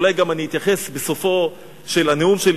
אולי גם אני אתייחס בסופו של הנאום שלי